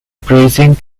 praising